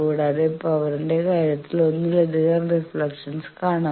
കൂടാതെ പവറിന്റെ കാര്യത്തിൽ ഒന്നിലധികം റിഫ്ലക്ഷൻസ് കാണാം